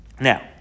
Now